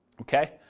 Okay